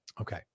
Okay